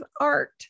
art